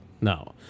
no